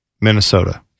Minnesota